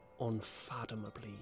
unfathomably